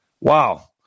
Wow